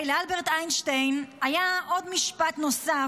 לאלברט איינשטיין היה עוד משפט נוסף,